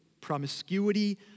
Promiscuity